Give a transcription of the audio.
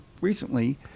Recently